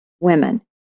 women